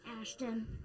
Ashton